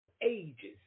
ages